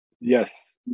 Yes